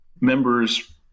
members